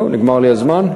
זהו, נגמר לי הזמן?